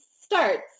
starts